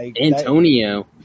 Antonio